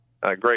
great